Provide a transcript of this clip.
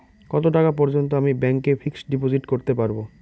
কত টাকা পর্যন্ত আমি ব্যাংক এ ফিক্সড ডিপোজিট করতে পারবো?